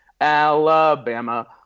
Alabama